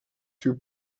two